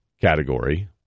category